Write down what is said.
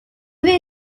were